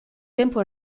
tempo